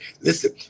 listen